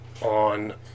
on